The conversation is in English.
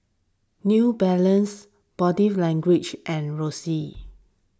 New Balance Body Language and Roxy